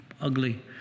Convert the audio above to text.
ugly